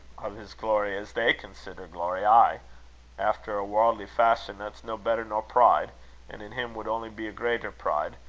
his glory, as they consider glory ay efter a warldly fashion that's no better nor pride, an' in him would only be a greater pride.